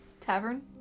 tavern